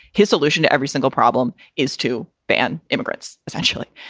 his solution to every single problem is to ban immigrants, essentially.